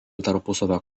tarpusavio